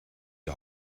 die